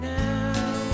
now